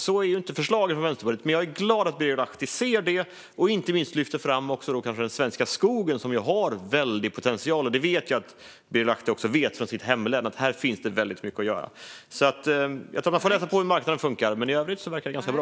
Sådant är inte förslaget från Vänsterpartiet, men jag är glad att Birger Lahti ser det och inte minst för att han lyfter fram den svenska skogen, som har väldig potential. Jag vet att Birger Lahti känner till detta från sitt hemlän och att han vet att det finns väldigt mycket att göra här. Jag tror att Vänsterpartiet får läsa på om hur marknaden funkar, men i övrigt verkar det ganska bra.